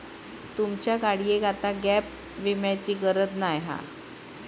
तुमच्या गाडियेक आता गॅप विम्याची गरज नाय हा